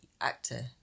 actor